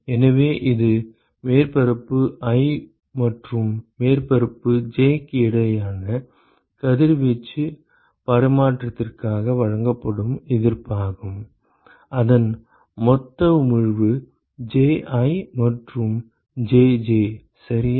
எனவே இது மேற்பரப்பு i மற்றும் மேற்பரப்பு j க்கு இடையேயான கதிர்வீச்சு பரிமாற்றத்திற்காக வழங்கப்படும் எதிர்ப்பாகும் அதன் மொத்த உமிழ்வு Ji மற்றும் Jj சரியா